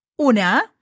una